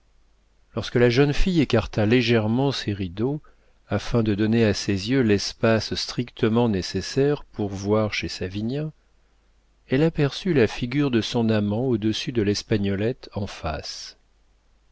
lorsque la jeune fille écarta légèrement ses rideaux afin de donner à ses yeux l'espace strictement nécessaire pour voir chez savinien elle aperçut la figure de son amant au-dessus de l'espagnolette en face